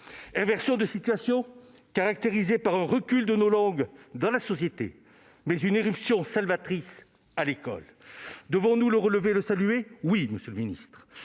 inversion de situation, caractérisée par un recul de nos langues dans la société, mais par une irruption salvatrice à l'école. Devons-nous le relever et le saluer ? Oui, monsieur le ministre